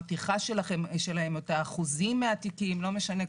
הטרחה שלהן או את האחוזים מהתיקים לא משנה,